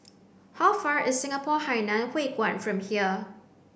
how far is Singapore Hainan Hwee Kuan from here